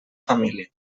família